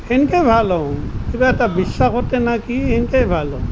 সেনেকৈ ভাল হ'ব কিবা এটা বিশ্বাসতেই নেকি সেনেকৈয়ে ভাল হয়